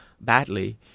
badly